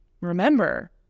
remember